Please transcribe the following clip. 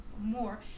more